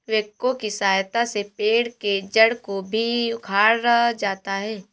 backhoe की सहायता से पेड़ के जड़ को भी उखाड़ा जाता है